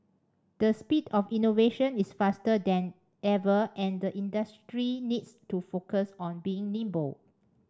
the speed of innovation is faster than ever and the industry needs to focus on being nimble